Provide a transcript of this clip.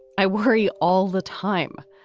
i worry all the time.